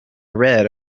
red